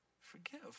Forgive